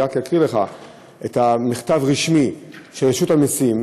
אני רק אקריא לך את המכתב הרשמי של רשות המסים.